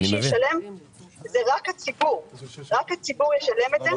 רק הציבור ישלם את זה.